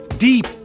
Deep